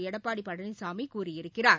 எடப்பாடி பழனிசாமி கூறியிருக்கிறார்